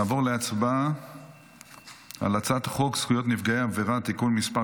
נעבור להצבעה על הצעת חוק נפגעי עבירה (תיקון מס'